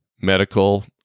Medical